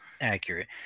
accurate